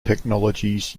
technologies